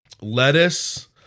lettuce